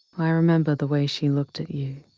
i remember the way she looked at you.